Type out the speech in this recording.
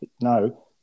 no